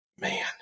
man